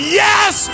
yes